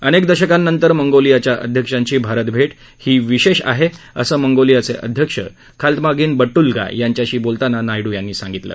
अनेक दशकांनंतर मंगोलियाच्या अध्यक्षांची भारत भेट हे विशेष आहे असं मंगोलीयाचे अध्यक्ष खाल्तमागीन बडूल्गा यांच्याशी बोलताना नायडू यांनी सांगितलं